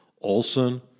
Olson